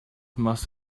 must